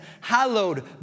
Hallowed